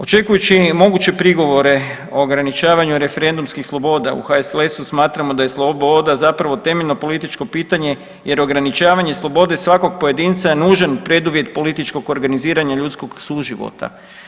Očekujući i moguće prigovore o ograničavanju referendumskih sloboda u HSLS-u smatramo da je sloboda zapravo temeljno političko pitanje jer ograničavanje slobode svakog pojedinca nužan preduvjet političkog organiziranja ljudskog života.